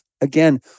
Again